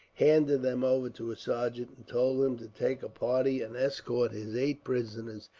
handed them over to a sergeant, and told him to take a party and escort his eight prisoners,